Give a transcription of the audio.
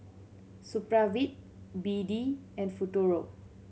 Supravit B D and Futuro